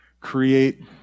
create